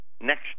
next